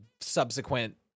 subsequent